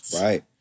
Right